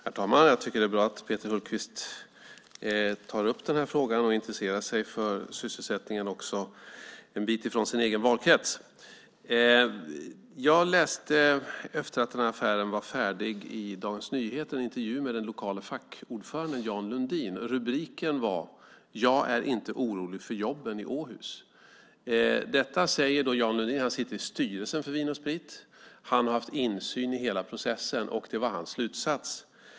Herr talman! Jag tycker att det är bra att Peter Hultqvist tar upp frågan och intresserar sig för sysselsättningen också en bit från sin egen valkrets. Efter att den här affären var färdig läste jag i Dagens Nyheter en intervju med den lokale fackordföranden Jan Lundin. Rubriken var: "Jag är inte orolig för jobben." Det gällde jobben i Åhus. Detta säger Jan Lundin. Han sitter i styrelsen för Vin & Sprit. Han har haft insyn i hela processen, och det var hans slutsats.